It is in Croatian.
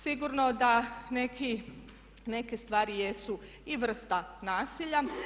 Sigurno da neke stvari jesu i vrsta nasilja.